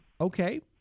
Okay